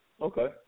Okay